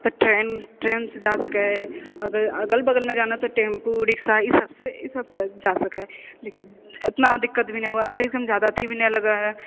तऽ ट्रेन ट्रेनसँ जा सकै ही आओर अगर अगल बगलमे जाना है तऽ टेम्पू रिक्शा ई सबसँ ई सबसँ जा सकै हइ ओतना दिक्कत भी नही होगा एहिठाम जादा अथि भी नहि लगै हइ